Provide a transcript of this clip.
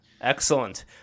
Excellent